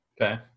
Okay